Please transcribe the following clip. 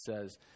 says